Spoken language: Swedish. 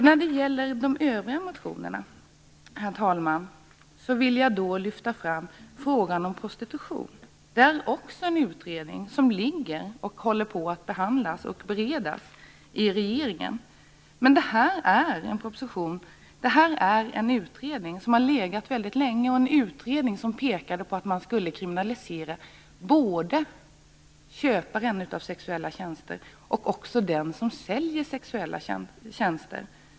När det gäller de övriga motionerna, herr talman, vill jag lyfta fram frågan om prostitution. Här finns också en utredning som håller på att behandlas och beredas i regeringen. Men detta är en utredning som har legat väldigt länge och som har pekat på att man borde kriminalisera både köparen av sexuella tjänster och den som säljer sexuella tjänster.